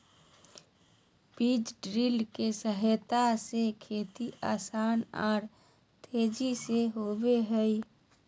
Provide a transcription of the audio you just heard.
बीज ड्रिल के सहायता से खेती आसान आर तेजी से होबई हई